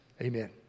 Amen